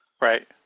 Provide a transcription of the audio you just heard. Right